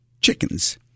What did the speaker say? chickens